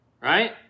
right